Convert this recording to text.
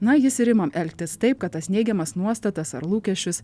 na jis ir ima elgtis taip kad tas neigiamas nuostatas ar lūkesčius